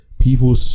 People